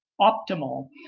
optimal